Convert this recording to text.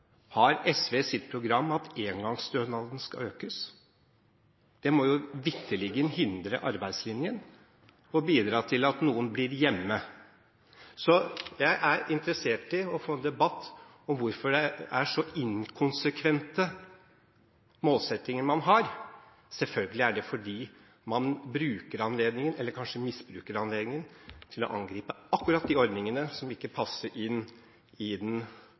hvorfor SV har i sitt program at engangsstønaden skal økes. Det må jo vitterlig hindre arbeidslinjen og bidra til at noen blir hjemme. Jeg er interessert i å få en debatt om hvorfor man har så inkonsekvente målsettinger. Selvfølgelig er det fordi man bruker, eller kanskje misbruker, anledningen til å angripe akkurat de ordningene som ikke passer inn i den